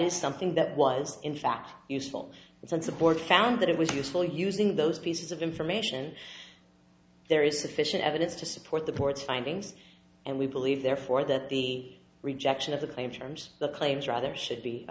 is something that was in fact useful it's unsupported found that it was useful using those pieces of information there is sufficient evidence to support the ports findings and we believe therefore that the rejection of the claim terms the claims rather should be a